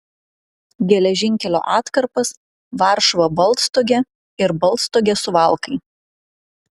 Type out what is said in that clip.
geležinkelio atkarpas varšuva baltstogė ir baltstogė suvalkai